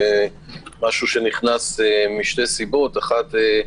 זה משהו שנכנס משתי סיבות: אחת,